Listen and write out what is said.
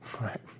Right